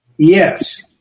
Yes